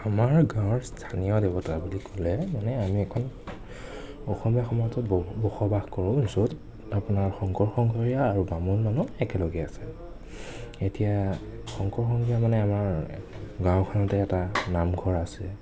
আমাৰ গাঁৱৰ স্থানীয় দেৱতা বুলি ক'লে মানে আমি এখন অসমীয়া সমাজত বহু বসবাস কৰোঁ য'ত আপোনাৰ শংকৰ সংঘৰীয়া আৰু বামুণ মানুহ একেলগে আছে এতিয়া শংকৰ সংঘৰীয়া মানে আমাৰ গাঁওখনতে এটা নামঘৰ আছে